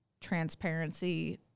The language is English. transparency